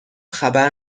خبر